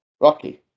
Rocky